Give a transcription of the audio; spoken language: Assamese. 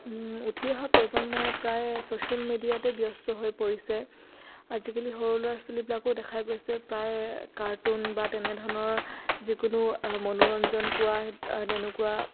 উঠি অহা প্ৰজন্মই প্ৰায় ছ'চিয়েল মিডিয়াতে ব্যস্ত হৈ পৰিছে আজিকালি সৰু ল'ৰা ছোৱালীবিলাকো দেখা গৈছে প্ৰায় কাৰ্টুন বা তেনেধৰণৰ যিকোনো মনোৰঞ্জন পোৱা তেনেকুৱা